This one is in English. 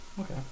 Okay